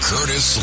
Curtis